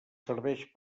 serveix